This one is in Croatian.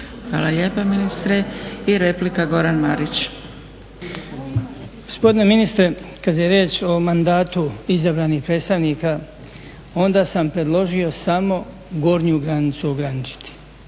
Hvala lijepa ministre. I replika, Goran Marić. **Marić, Goran (HDZ)** Gospodine ministre kad je riječ o mandatu izabranih predstavnika onda sam predložio samo gornju granicu ograničiti